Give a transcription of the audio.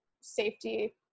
safety